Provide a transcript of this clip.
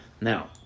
Now